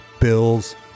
Bills